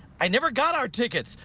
i never got our tickets.